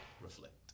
reflect